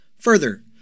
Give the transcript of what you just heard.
Further